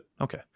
Okay